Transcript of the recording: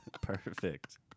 Perfect